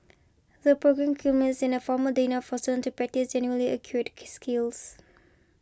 the programme culminates in a formal dinner for students to practise their newly acquired skills